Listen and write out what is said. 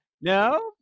No